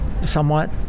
somewhat